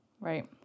Right